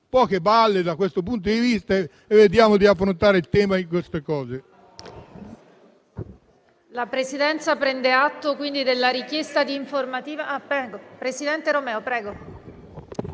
poche balle da questo punto di vista e vediamo di affrontare il tema.